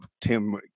tim